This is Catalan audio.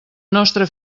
nostra